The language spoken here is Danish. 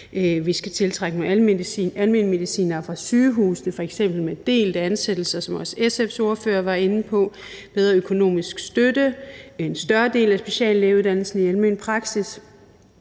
vi skal tiltrække almenmedicinere fra sygehusene, f.eks. med delt ansættelse, som også SF's ordfører var inde på, bedre økonomisk støtte, en større del af speciallægeuddannelsen i almen praksis,